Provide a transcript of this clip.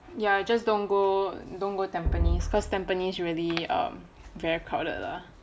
ya just don't go don't go tampines cause tampines really um very crowded lah